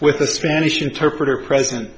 with the spanish interpreter present